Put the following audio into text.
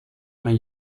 mijn